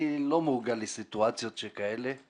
אני לא מורגל לסיטואציות שכאלה,